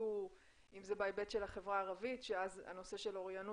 שנעשו אם זה בהיבט של החברה הערבית שאז הנושא של אוריינות